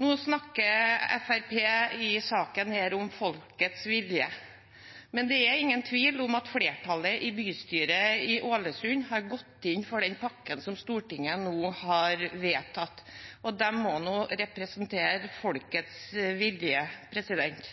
Nå snakker Fremskrittspartiet i saken her om folkets vilje, men det er ingen tvil om at flertallet i bystyret i Ålesund har gått inn for den pakken som Stortinget nå har vedtatt – og de må representere folkets